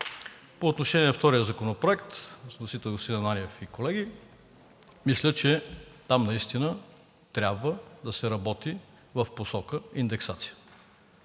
По отношение на втория законопроект с вносител господин Ананиев и колеги мисля, че там наистина трябва да се работи в посока индексация.